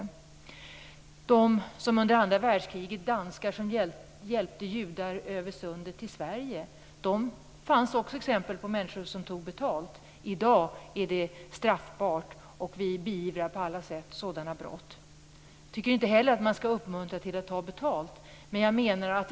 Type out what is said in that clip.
Bland de danskar som under andra världskriget hjälpte judar över sundet till Sverige finns exempel på människor som tog betalt. I dag är det straffbart, och vi beivrar på alla sätt sådana brott. Jag tycker inte heller att man skall uppmuntra till att ta betalt.